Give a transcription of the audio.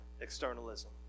externalism